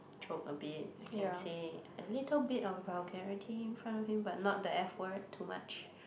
joke a bit I can say a little bit of vulgarity in front of him but not the F word too much